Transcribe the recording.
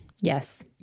Yes